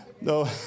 No